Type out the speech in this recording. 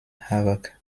havoc